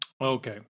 Okay